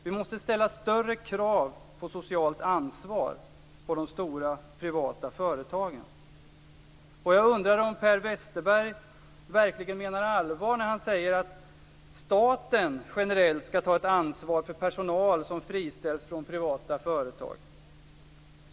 Vi måste ställa större krav på socialt ansvar på de stora privata företagen. Jag undrar om Per Westerberg verkligen menar allvar när han säger att staten generellt skall ta ett ansvar för personal som friställs från privata företag.